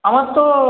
আমার তো